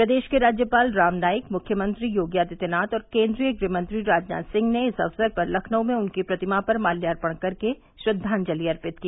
प्रदेश के राज्यपाल राम नाईक मुख्यमंत्री योगी आदित्यनाथ और केन्द्रीय गृहमंत्री राजनाथ सिंह ने इस अवसर पर लखनऊ में उनकी प्रतिमा पर मात्यार्ण कर श्रद्वाजल अर्पित की